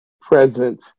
present